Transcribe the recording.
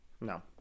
No